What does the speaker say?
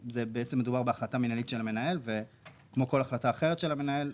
מדובר בהחלטה מינהלית של המנהל וכמו כל החלטה אחרת של המנהל,